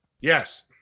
Yes